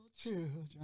children